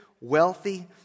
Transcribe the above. wealthy